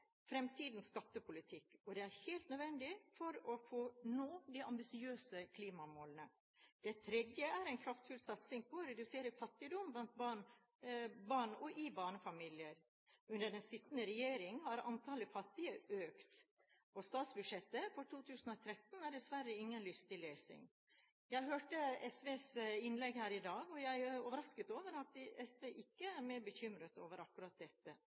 fremtidens skattepolitikk, og det er helt nødvendig for å nå de ambisiøse klimamålene. Det tredje er en kraftfull satsing på å redusere fattigdom blant barn og i barnefamilier. Under den sittende regjering har antallet fattige økt, og statsbudsjettet for 2013 er dessverre ingen lystig lesning. Jeg hørte SVs innlegg her i dag, og jeg er overrasket over at SV ikke er mer bekymret over akkurat dette.